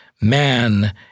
Man